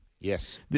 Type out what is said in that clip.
yes